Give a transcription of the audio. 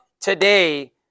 today